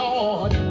Lord